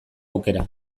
aukera